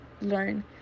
learn